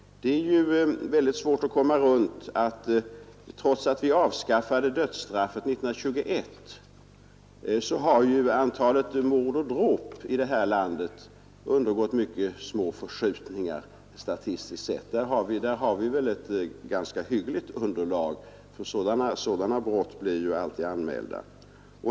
Det är ju mycket svårt att komma förbi, att trots att vi avskaffade dödsstraffet 1921 har antalet mord och dråp här i landet undergått mycket små förskjutningar, statistiskt sett. Där har vi ett ganska hyggligt siffermässigt underlag, ty sådana brott blir alltid anmälda.